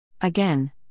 Again